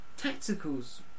tacticals